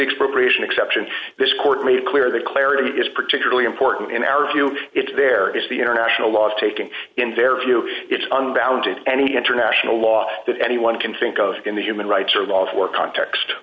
expiration exception this court made it clear that clarity is particularly important in our view if there is the international law taking in their view it's on balance it any international law that anyone can think of in the human rights or law for context